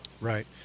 Right